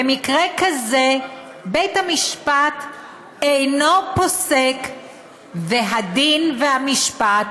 במקרה כזה בית המשפט אינו פוסק והדין והמשפט